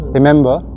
Remember